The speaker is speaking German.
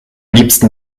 liebsten